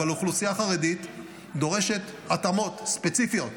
אבל אוכלוסייה חרדית דורשת התאמות ספציפיות.